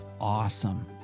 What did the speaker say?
awesome